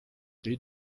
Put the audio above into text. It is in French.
des